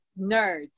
nerd